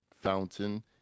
fountain